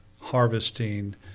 harvesting